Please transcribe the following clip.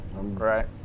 Right